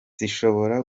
zishobora